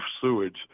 sewage